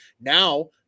Now